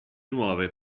nuove